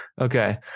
Okay